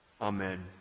Amen